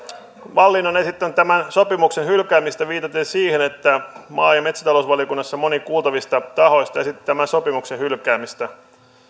wallin on esittänyt tämän sopimuksen hylkäämistä viitaten siihen että maa ja metsätalousvaliokunnassa moni kuultavista tahoista esitti tämän sopimuksen hylkäämistä